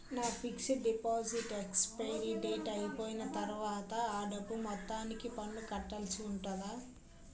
నా fixed deposit expiry date అయిపోయిన తర్వాత అ డబ్బు మొత్తానికి పన్ను కట్టాల్సి ఉంటుందా?